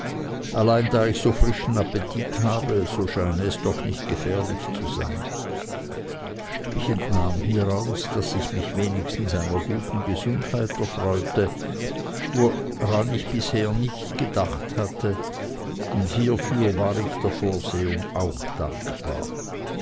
allein da ich so frischen appetit habe so scheine es doch nicht gefährlich zu sein ich entnahm hieraus daß ich mich wenigstens einer guten gesundheit erfreute woran ich bisher nicht gedacht hatte und hiefür war ich der vorsehung auch dankbar